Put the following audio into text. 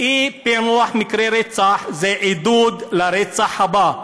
אי-פענוח מקרי רצח זה עידוד לרצח הבא,